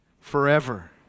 forever